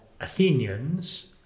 Athenians